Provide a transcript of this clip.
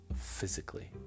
physically